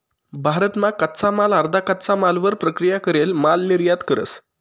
भारत मा कच्चा माल अर्धा कच्चा मालवर प्रक्रिया करेल माल निर्यात करस